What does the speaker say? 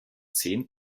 zehn